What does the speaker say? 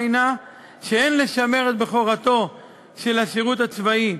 היא שאין לשמר את בכורתו של השירות הצבאי,